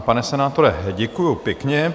Pane senátore, děkuji pěkně.